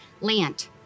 land